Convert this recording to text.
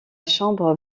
chambre